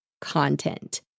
content